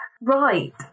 Right